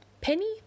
Penny